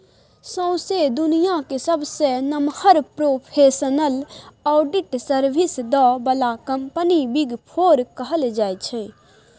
सौंसे दुनियाँक सबसँ नमहर प्रोफेसनल आडिट सर्विस दय बला कंपनी बिग फोर कहल जाइ छै